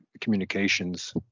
communications